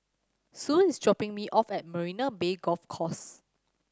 Sue is dropping me off at Marina Bay Golf Course